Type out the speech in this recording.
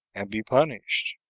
and be punished.